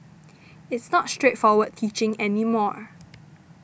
it's not straightforward teaching any more